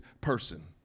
person